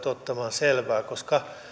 selvää koska